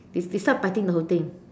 you you start biting the whole thing